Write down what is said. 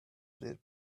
did